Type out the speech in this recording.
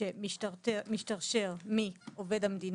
במקום "המשכורת הקובעת"